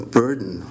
burden